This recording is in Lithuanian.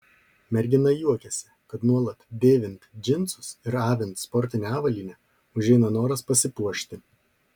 mergina juokiasi kad nuolat dėvint džinsus ir avint sportinę avalynę užeina noras pasipuošti